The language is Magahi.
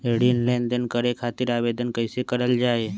ऋण लेनदेन करे खातीर आवेदन कइसे करल जाई?